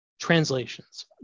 translations